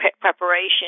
preparation